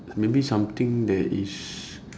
maybe something that is